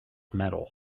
medal